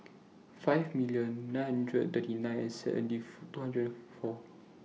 five million nine hundred thirty nine and seven and two hundred four